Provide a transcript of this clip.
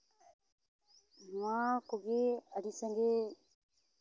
ᱱᱚᱣᱟ ᱠᱚᱜᱮ ᱟᱹᱰᱤ ᱥᱟᱸᱜᱮ